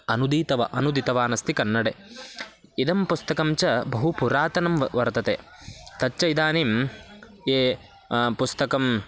अनूदितवान् अनूदितवान् अस्ति कन्नडे इदं पुस्तकं च बहु पुरातनं व वर्तते तच्च इदानीं ये पुस्तकं